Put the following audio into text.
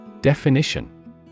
Definition